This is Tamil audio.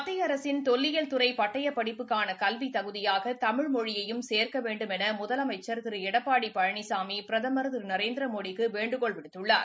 மத்திய அரசின் தொல்லியல் துறை பட்டயப்படிப்புக்கான கல்வித் தகுதியாக தமிழ் மொழியையும் சேர்க்க வேண்டும் என முதலமைச்சர் திரு எடப்பாடி பழனிசாமி பிரதமர் திரு நரேந்திரமோடிக்கு வேண்டுகோள் விடுத்துள்ளார்